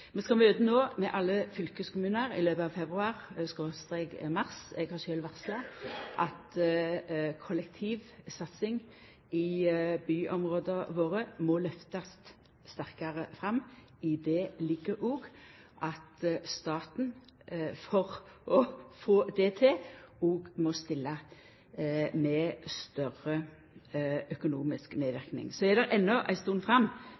skal no ha møte med alle fylkeskommunane i løpet av februar–mars. Eg har sjølv varsla at kollektivsatsing i byområda våre må lyftast sterkare fram. I det ligg òg at staten for å få det til må stilla med sterkare økonomisk medverknad. Så er det enno ei stund fram